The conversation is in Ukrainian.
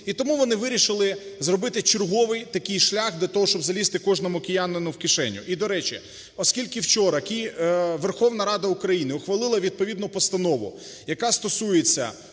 і тому вони вирішили зробити черговий такий шлях для того, щоб залізти кожному киянину в кишеню. І, до речі, оскільки вчора Верховна Рада України ухвалила відповідну постанову, яка стосується